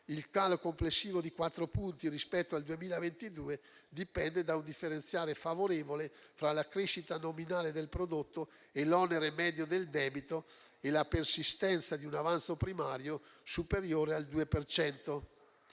Il calo complessivo di quattro punti rispetto al 2022 dipende da un differenziale favorevole tra la crescita nominale del prodotto, l'onere medio del debito e la persistenza di un avanzo primario superiore al 2